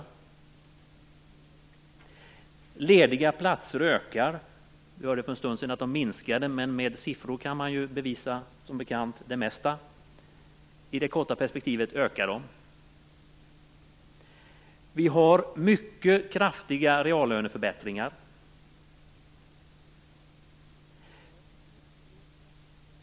Antalet lediga platser ökar. Vi hörde för en stund sedan att de minskade i antal, men med siffror kan man ju som bekant bevisa det mesta. I det korta perspektivet ökar de. Vi har mycket kraftiga reallöneförbättringar.